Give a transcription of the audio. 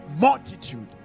multitude